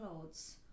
clothes